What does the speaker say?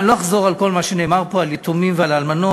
אני לא אחזור על כל מה שנאמר פה על יתומים ועל אלמנות.